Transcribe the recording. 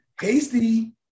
Hasty